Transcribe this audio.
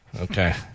Okay